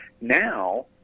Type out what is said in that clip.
Now